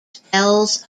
spells